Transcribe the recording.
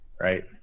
right